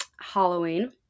Halloween